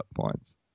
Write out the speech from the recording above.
points